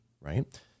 right